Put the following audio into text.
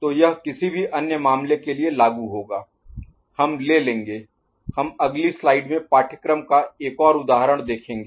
तो यह किसी भी अन्य मामले के लिए लागू होगा हम ले लेंगे हम अगली स्लाइड में पाठ्यक्रम का एक और उदाहरण देखेंगे